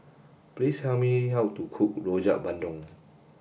please tell me how to cook Rojak Bandung